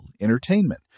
entertainment